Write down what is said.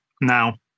Now